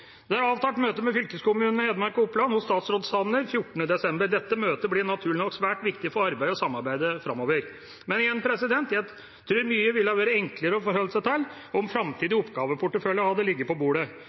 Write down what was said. Det er avtalt møte med fylkeskommunene i Hedmark og Oppland hos statsråd Jan Tore Sanner 14. desember. Dette møtet blir naturlig nok svært viktig for arbeidet og samarbeidet framover. Men igjen: Jeg tror mye ville vært enklere å forholde seg til om en framtidig